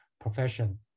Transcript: profession